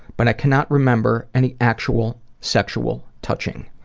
but i cannot remember any actual sexual touching.